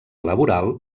laboral